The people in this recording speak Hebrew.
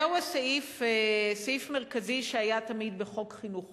זהו סעיף מרכזי שהיה תמיד בחוק חינוך חובה,